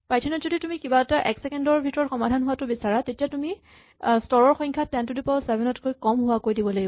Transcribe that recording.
Python ত যদি তুমি কিবা এটা এক ছেকেণ্ড ৰ ভিতৰত সমাধা হোৱাটো বিচাৰা তেতিয়া তুমি স্তৰৰ সংখ্যা ten to the power seven তকৈ কমত হোৱাকৈ দিব লাগিব